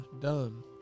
done